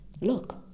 Look